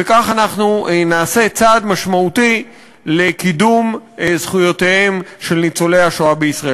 וכך אנחנו נעשה צעד משמעותי לקידום זכויותיהם של ניצולי השואה בישראל.